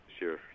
sure